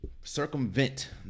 circumvent